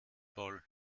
voll